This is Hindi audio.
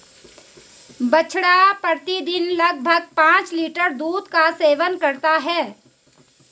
बछड़ा प्रतिदिन लगभग पांच लीटर दूध का सेवन करता है